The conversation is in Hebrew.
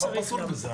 מה פסול בזה?